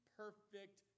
perfect